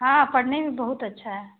हाँ पढ़ने में बहुत अच्छा है